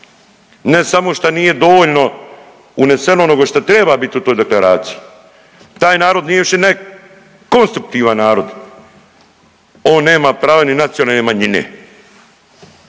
ne samo šta nije dovoljno uneseno ono što treba bit u toj deklaraciji, taj narod nije više ne konstruktivan narod on nema ni nacionalne manjine.